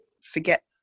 forget